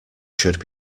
should